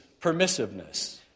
permissiveness